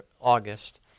August